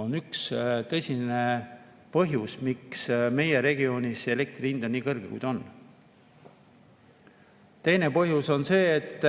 on üks tõsine põhjus, miks meie regioonis elektri hind on nii kõrge, nagu ta on. Teine põhjus on see, et